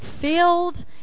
filled